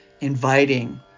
inviting